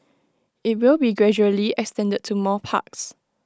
IT will be gradually extended to more parks